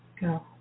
go